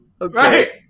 Right